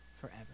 forever